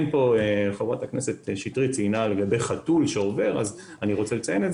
חברת הכנסת שטרית ציינה לגבי חתול שעובר אז אני רוצה לציין,